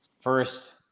First